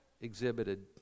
exhibited